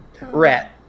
Rat